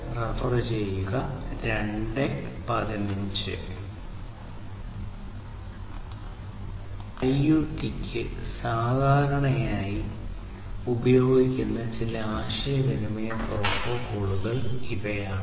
IoT യ്ക്ക് സാധാരണയായി ഉപയോഗിക്കുന്ന ചില ആശയവിനിമയ പ്രോട്ടോക്കോളുകൾ ഇവയാണ്